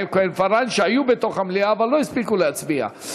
כהן-פארן שהיו במליאה אבל לא הספיקו להצביע.